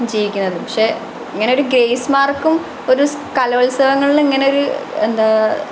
ജീവിക്കുന്നത് പക്ഷേ ഇങ്ങനെയൊരു ഗ്രേസ് മാർക്കും ഒരു കലോത്സവങ്ങളിൽ ഇങ്ങനെ ഒരു എന്താണ്